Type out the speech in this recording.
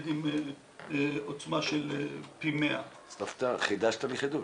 עם עוצמה של פי 100. חידשת לי חידוש.